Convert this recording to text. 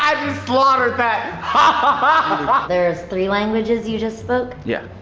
slaughtered that. ah ah there's three languages you just spoke? yeah.